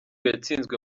yatsinzwe